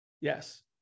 Yes